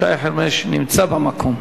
שי חרמש נמצא במקום.